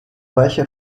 weiche